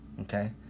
okay